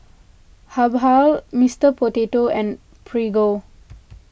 Habhal Mister Potato and Prego